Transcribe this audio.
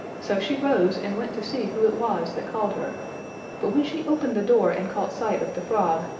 so she rose and went to see who it was that called her but when she opened the door and caught sight of the frog,